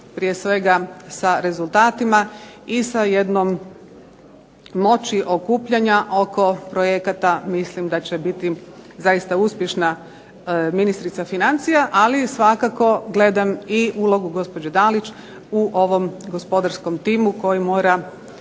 prije svega sa rezultatima i sa jednom moći okupljanja oko projekata mislim da će biti zaista uspješna ministrica financija. Ali svakako gledam i ulogu gospođe Dalić u ovom gospodarskom timu koji mora